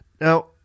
now